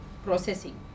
processing